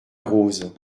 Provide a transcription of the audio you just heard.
rose